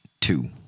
two